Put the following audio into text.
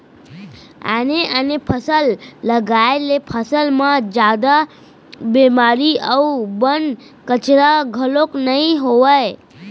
आने आने फसल लगाए ले फसल म जादा बेमारी अउ बन, कचरा घलोक नइ होवय